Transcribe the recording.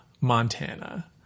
Montana